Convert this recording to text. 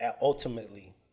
ultimately